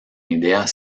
ideas